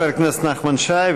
חבר הכנסת נחמן שי,